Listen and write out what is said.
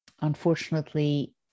unfortunately